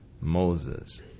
Moses